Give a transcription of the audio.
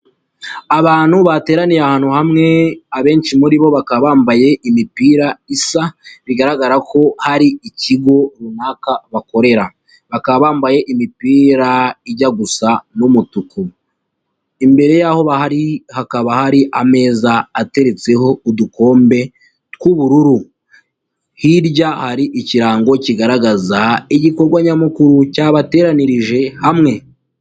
Abantu bateraniye ahantu hamwe abenshi muri bo bakaba bambaye imipira isa bigaragara ko hari ikigo runaka bakorera. Bakaba bambaye imipira ijya gusa n'umutuku. Imbere yaho bari hakaba hari ameza ateretseho udukombe tw'ubururu. Hirya hari ikirango kigaragaza igikorwa nyamukuru cyabateranirije hamwe.